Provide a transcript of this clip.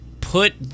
put